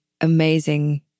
amazing